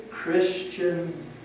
Christian